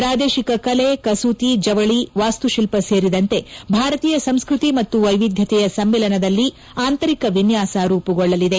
ಪ್ರಾದೇಶಿಕ ಕಲೆ ಕಸೂತಿ ಜವಳಿ ವಾಸ್ತುಶಿಲ್ಪ ಸೇರಿದಂತೆ ಭಾರತೀಯ ಸಂಸ್ವತಿ ಮತ್ತು ವೈವಿಧ್ಯತೆಯ ಸಮ್ಮಿಲನದಲ್ಲಿ ಆಂತರಿಕ ವಿನ್ಕಾಸ ರೂಮಗೊಳ್ಳಲಿದೆ